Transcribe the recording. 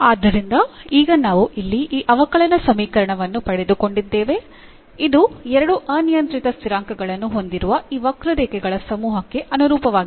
ಆದ್ದರಿಂದ ಈಗ ನಾವು ಇಲ್ಲಿ ಈ ಅವಕಲನ ಸಮೀಕರಣವನ್ನು ಪಡೆದುಕೊಂಡಿದ್ದೇವೆ ಇದು ಎರಡು ಅನಿಯಂತ್ರಿತ ಸ್ಥಿರಾಂಕಗಳನ್ನು ಹೊಂದಿರುವ ಈ ವಕ್ರರೇಖೆಗಳ ಸಮೂಹಕ್ಕೆ ಅನುರೂಪವಾಗಿದೆ